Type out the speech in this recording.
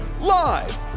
Live